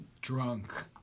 drunk